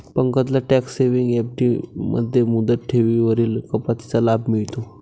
पंकजला tax saving FD मध्ये मुदत ठेवींवरील कपातीचा लाभ मिळतो